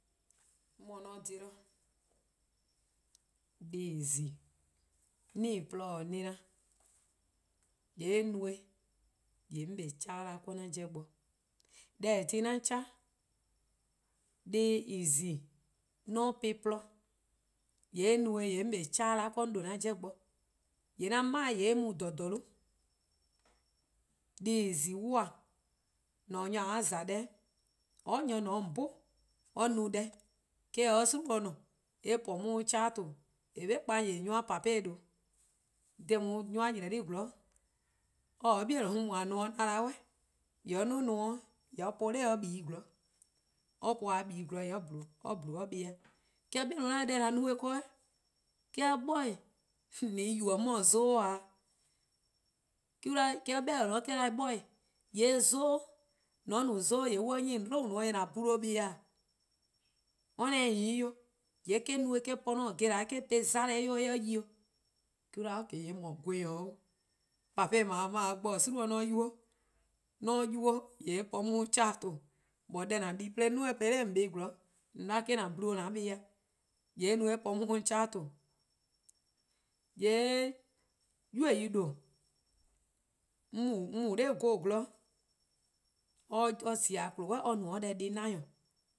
:Mor 'on :dhe-dih, deh+ :en zi-a :mor 'on ta-ih :porlor ken-dih na-dih, :yee eh no :yee' 'on 'kpa kehleh 'da 'weh 'de 'an 'jeh bo. Deh :eh :korn-a dhih 'de 'an kehleh-a, deh+ :en zi-a' :mor 'on po-ih' :porluh, :yee'eh no :yee 'on kpa 'o keh leh 'da 'weh 'do-a 'jeh bo, :yee' 'an mind en mu :dha :dhorno'. Deh+ en zi-a dee, mor-: nyor-: a :za deh-' or nyor :ne 'o :on 'bhun or no deh :eh se-a 'o :gwie: 'i :ne, :yee eh po 'on kehleh :ton :eh :korn 'be :kpa-' nyor+-a :pape :due' dha nyor+-a :yleh-dih 'zorn, or-: or 'bei'-: on mu-a nomor 'na 'da 'suh, :yee' or 'duo: nomor or po-or nor or :boeh:+ 'zorn, or po-or nor or :boeh:+ :yee' or :dle or buh+ dih, 'de or 'bei' deh :an no-dih ken-dih eh 'nyni-eh, de or 'da 'bor e! :on se-eh yubo: :ka 'on 'dhu-a zoo :e? 'de or 'be 'or :ne-a 'o or 'da 'bor :e, :yee' 'zoo', 'zoo' :mor 'on 'nyi :on 'dlou' nomor :yee' :an dle or buh+-dih :e, or 'da 'keen eh-: no eh eh-: po-a gleh mona eh 'ye 'de yi 'o. 'De on 'da oe :yee' mor gwiorn 'oo'. Pape :dao' :mor or-: 'on mor-: :mor :a gbun-dih :gwie:'i :onr 'on 'ye or, :mor 'on 'ye-or :yee' eh po 'on kehleh :ton. :mor deh :an di-a 'de :duo-eh po-eh nor :on buh 'zorn :on 'da eh-: :an dle an buh+-dih, :yee' eh no-eh eh po 'on keleh :ton. :yee' 'yu yu :due', 'on mu 'nor 'goo: :gwlor or zi-a :chio'lo: or no 'o deh deh+ na :nyor,.